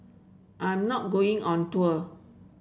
I'm not going on tour